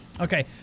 Okay